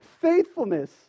faithfulness